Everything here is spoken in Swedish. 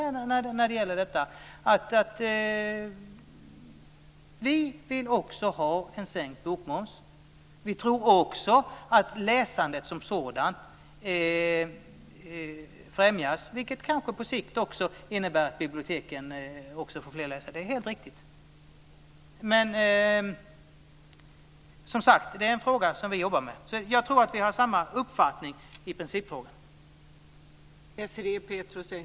Vänsterpartiet vill också ha en sänkt bokmoms. Vi tror också att läsandet som sådant främjas, vilket kanske på sikt också innebär att biblioteken får fler läsare - det är helt riktigt. Det är en fråga som vi jobbar med. Jag tror alltså att vi har samma uppfattning i principfrågan.